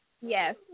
Yes